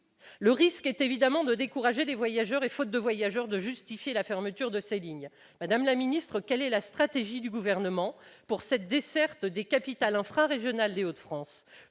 Le risque est évidemment de décourager les voyageurs et, faute de voyageurs, de justifier la fermeture de ces lignes. Madame la ministre, quelle est la stratégie du Gouvernement pour cette desserte des capitales infrarégionales des Hauts-de-France ?